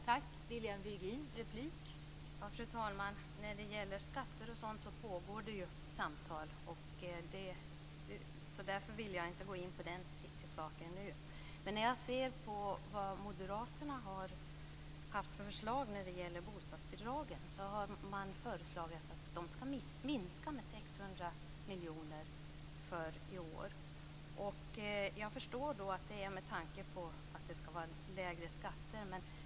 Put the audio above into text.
Fru talman! När det gäller skatter och sådant pågår det samtal, och därför vill jag inte gå in på den saken nu. Ett av de förslag som moderaterna har när det gäller bostadsbidragen är att de skall minska med 600 miljoner i år. Jag förstår då att det är med tanke på att det skall vara lägre skatter.